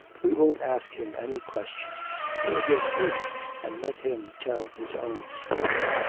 we won't ask him any questions we'll just wait and let him tell his own story